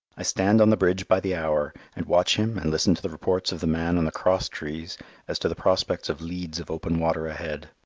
i stand on the bridge by the hour, and watch him and listen to the reports of the man on the cross-trees as to the prospects of leads of open water ahead.